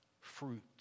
fruit